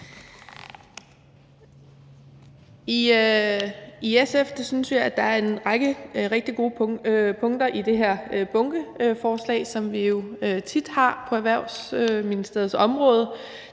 I SF synes vi, at der er en række rigtig gode punkter i det her bunkeforslag, som jo er noget, vi tit har på Erhvervsministeriets område.